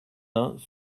uns